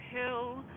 hill